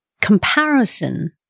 Comparison